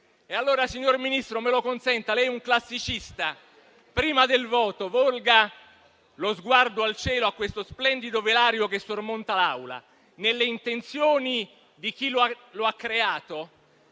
Signor Ministro, me lo consenta, lei è un classicista: prima del voto, volga lo sguardo al cielo a questo splendido velario che sormonta l'Aula. Nelle intenzioni di chi lo ha creato,